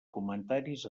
comentaris